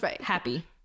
happy